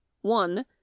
one